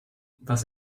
was